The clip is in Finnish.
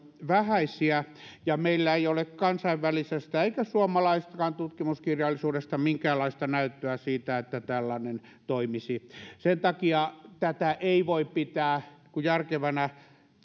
vähäisiä ja meillä ei ole kansainvälisestä eikä suomalaisestakaan tutkimuskirjallisuudesta minkäänlaista näyttöä siitä että tällainen toimisi sen takia tätä ei voi pitää järkevänä